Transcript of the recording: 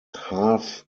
half